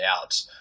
out